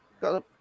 got